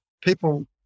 people